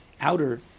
outer